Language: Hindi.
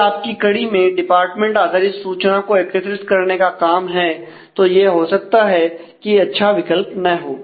कोई आपकी कड़ी में डिपार्टमेंट आधारित सूचना को एकत्रित करने का काम है तो यह हो सकता है कि अच्छा विकल्प न हो